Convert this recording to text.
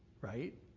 right